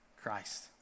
Christ